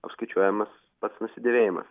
apskaičiuojamas pats nusidėvėjimas